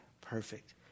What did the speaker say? perfect